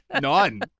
None